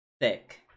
thick